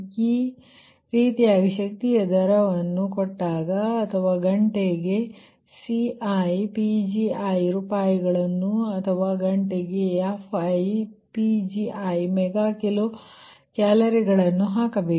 ಈ ರೀತಿಯಾಗಿ ಶಕ್ತಿಯ ದರವನ್ನು ಕೊಟ್ಟಾಗ ಅಥವಾ ಗಂಟೆಗೆ Ciರೂಪಾಯಿಗಳನ್ನು ಅಥವಾ ಗಂಟೆಗೆ Fi ಮೆಗಾ ಕಿಲೋ ಕ್ಯಾಲೊರಿಗಳನ್ನು ಹಾಕಬೇಕು